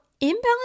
imbalance